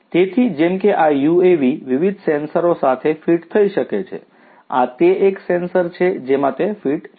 તેથી જેમ કે આ યુએવી વિવિધ સેન્સર સાથે ફીટ થઈ શકે છે આ તે એક સેન્સર છે જેમાં તે ફીટ છે